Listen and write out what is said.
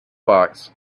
box